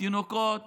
תינוקות